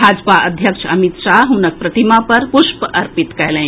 भाजपा अध्यक्ष अमित शाह हुनक प्रतिमा पर पुष्प अर्पित कएलनि